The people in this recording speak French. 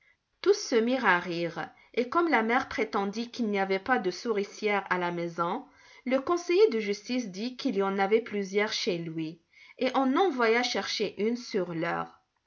tous se mirent à rire et comme la mère prétendit qu'il n'y avait pas de souricière à la maison le conseiller de justice dit qu'il en avait plusieurs chez lui et en envoya chercher une sur l'heure